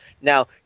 Now